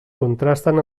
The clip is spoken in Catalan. contrasten